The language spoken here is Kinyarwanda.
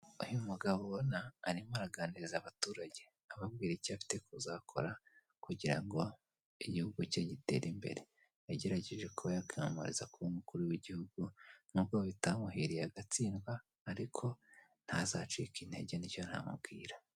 Uyu mugabo ubona arimo araganiriza abaturage ababwira icyo afite kuzakora kugira ngo igihugu ke gitere imbere. Yagerageje kuba yakiyamamariza kuba umukuru w'igihugu n'ubwo bitamuhiriye agatsindwa ariko ntazacike intege nicyo namubwira.